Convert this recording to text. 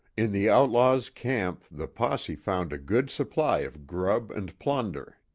in the outlaws' camp the posse found a good supply of grub and plunder.